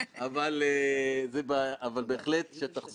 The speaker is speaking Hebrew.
וגם בנקודה הקטנה הזו זה בא לידי הוכחה.